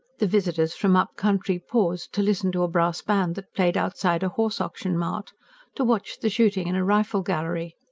the visitors from up-country paused to listen to a brass band that played outside a horse-auction mart to watch the shooting in a rifle-gallery.